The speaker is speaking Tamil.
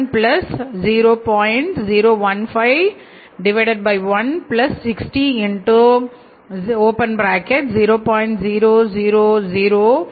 015160 இந்த கணக்கில் C1000010